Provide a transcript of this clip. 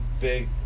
big